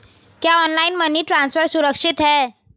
क्या online money transfer सुरक्षित है?